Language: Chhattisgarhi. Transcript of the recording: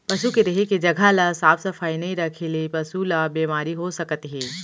पसू के रेहे के जघा ल साफ सफई नइ रखे ले पसु ल बेमारी हो सकत हे